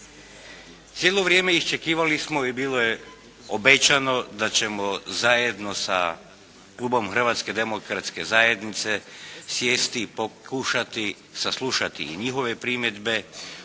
Cijelo vrijeme iščekivali smo i bilo je obećano da ćemo zajedno sa klubom Hrvatske demokratske zajednice sjesti i pokušati saslušati i njihove primjedbe,